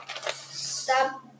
stop